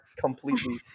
completely